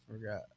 forgot